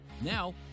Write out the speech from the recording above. Now